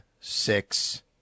six